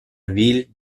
ville